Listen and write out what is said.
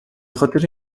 بخاطر